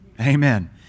Amen